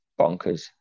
bonkers